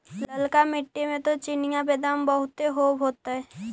ललका मिट्टी मे तो चिनिआबेदमां बहुते होब होतय?